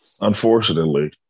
Unfortunately